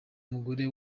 umugore